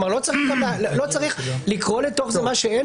כלומר, לא צריך לקרוא לתוך זה מה שאין